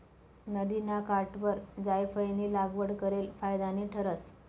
नदिना काठवर जायफयनी लागवड करेल फायदानी ठरस